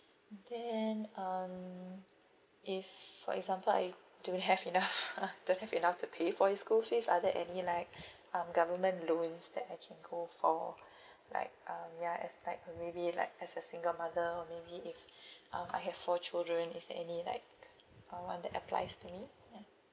okay and um if for example I don't have enough don't have enough to pay for his school fees are there any like um government loans that I can go for like um ya as like a maybe like as a single mother or maybe if uh I have four children is there any like uh one that applies to me ya